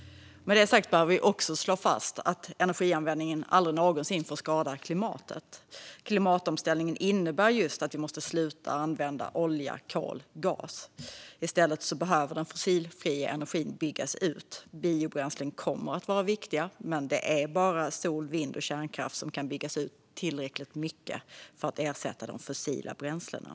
Med det sagt behöver vi också slå fast att energianvändningen aldrig någonsin får skada klimatet. Klimatomställningen innebär just att vi måste sluta använda olja, kol och gas. I stället behöver den fossilfria energin byggas ut. Biobränslen kommer att vara viktiga, men det är bara sol, vind och kärnkraft som kan byggas ut tillräckligt mycket för att ersätta de fossila bränslena.